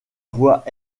voix